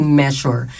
measure